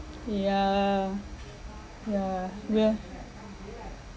yeah yeah where